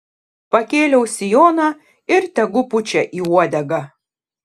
pakėliau sijoną ir tegu pučia į uodegą